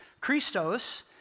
Christos